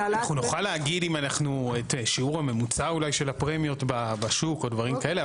אנחנו נוכל להגיד את שיעור הממוצע אולי של הפרמיות בשוק או דברים כאלה,